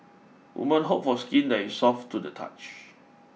women hope for skin that is soft to the touch